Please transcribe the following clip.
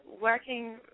working